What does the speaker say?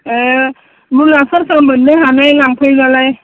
ए मुलाफोरखौ मोननो हानाय लांफैब्लालाय